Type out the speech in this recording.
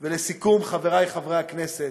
ולסיכום, חברי חברי הכנסת,